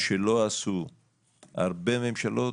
תצליח לעשות את מה שלא עשו בהרבה ממשלות.